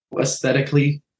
aesthetically